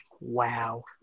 wow